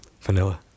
Vanilla